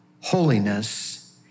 holiness